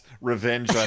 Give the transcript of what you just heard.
revenge